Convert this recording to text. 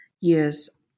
years